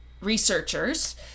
researchers